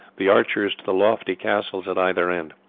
the archers to the lofty castles at either end.